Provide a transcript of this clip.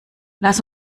lass